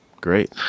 great